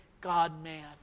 God-man